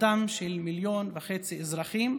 דתם של מיליון וחצי אזרחים,